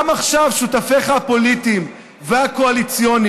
גם עכשיו שותפיך הפוליטיים והקואליציוניים,